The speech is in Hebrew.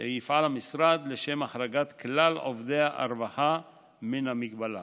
יפעל המשרד לשם החרגת כלל עובדי הרווחה מן ההגבלה.